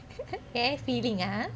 ஏன்:yen feeling ah